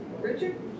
Richard